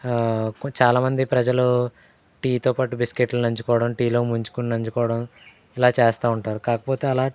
చాలా మంది ప్రజలు టీతో పాటు బిస్కెట్లు నంచుకోటం టీలో ముంచుకొని నంచుకోవడం ఇలా చేస్తా ఉంటారు కాకపోతే అలా